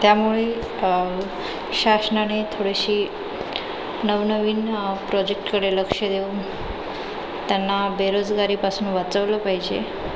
त्यामुळे शासनाने थोडीशी नव नवीन प्रोजेक्टकडे लक्ष देऊन त्यांना बेरोजगारीपासून वाचवलं पाहिजे